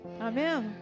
Amen